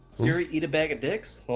siri eat a bag of dicks.